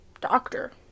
doctor